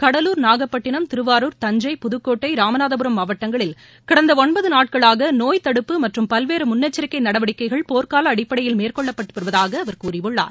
கடலூர் நாகப்பட்டினம் திருவாரூர் தஞ்சை புதுக்கோட்டை ராமநாதபுரம் மாவட்டங்களில் கடந்த ஒன்பது நாட்களாக நோய்த் தடுப்பு மற்றும் பல்வேறு முன்னெச்சரிக்கை நடவடிக்கைகள் போர்க்கால அடிப்படையில் மேற்கொள்ளப்பட்டு வருவதாக அவர் கூறியுள்ளார்